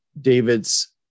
David's